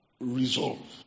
resolve